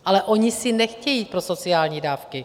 Ale oni si nechtějí jít pro sociální dávky.